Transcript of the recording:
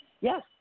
yes